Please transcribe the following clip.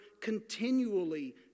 continually